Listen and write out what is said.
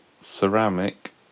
ceramic